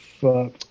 fuck